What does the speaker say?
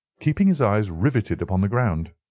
keeping his eyes riveted upon the ground.